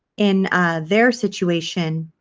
in their situation